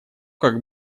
как